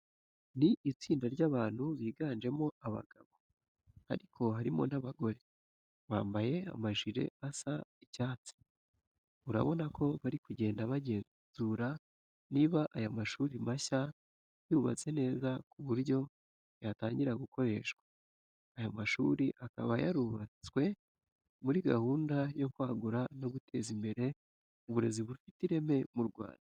Ni itsinda ry'abantu biganjemo abagabo ariko harimo n'abagore, bambaye amajire asa icyatsi urabona ko bari kugenda bagenzura niba aya mashuri mashya yubatse neza ku buryo yatangira gukoreshwa. Aya mashuri akaba yarubatswe muri gahunda yo kwagura no guteza imbere uburezi bufite ireme mu Rwanda.